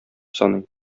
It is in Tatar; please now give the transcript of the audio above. саный